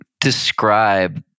Describe